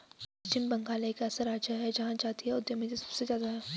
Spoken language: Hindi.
पश्चिम बंगाल एक ऐसा राज्य है जहां जातीय उद्यमिता सबसे ज्यादा हैं